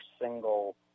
single